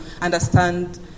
understand